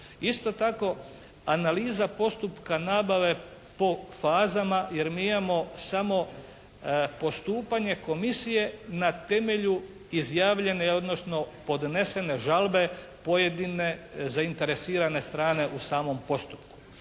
Isto tako analiza postupka nabave po fazama jer mi imamo samo postupanje komisije na temelju izjavljene odnosno podnesene žalbe pojedine zainteresirane strane u samom postupku.